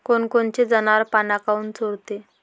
कोनकोनचे जनावरं पाना काऊन चोरते?